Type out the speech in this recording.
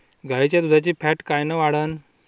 गाईच्या दुधाची फॅट कायन वाढन?